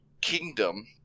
kingdom